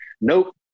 Nope